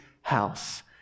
house